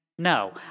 No